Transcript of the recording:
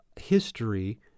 history